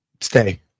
Stay